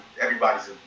Everybody's